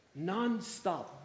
nonstop